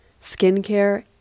skincare